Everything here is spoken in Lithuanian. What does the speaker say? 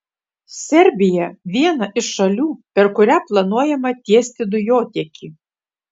serbija viena iš šalių per kurią planuojama tiesti dujotiekį